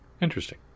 Interesting